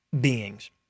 beings